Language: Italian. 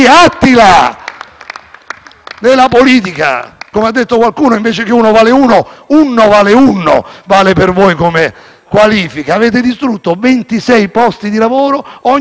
Gruppo FI-BP)*. Come ha detto qualcuno, invece che uno vale uno, unno vale unno; questo vale per voi come qualifica. Avete distrutto 26 posti di lavoro ogni ora del giorno e della notte,